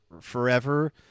forever